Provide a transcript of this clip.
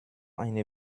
eine